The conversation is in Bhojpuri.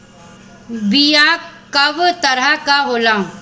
बीया कव तरह क होला?